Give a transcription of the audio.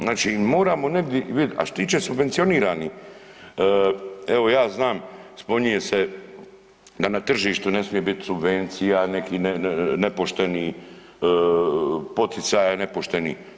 Znači moramo negdje vidit, a što se tiče subvencioniranih evo ja znam spominje se da na tržištu ne smije biti subvencija nekih nepoštenih, poticaja nepoštenih.